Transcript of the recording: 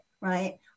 right